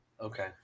Okay